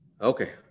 okay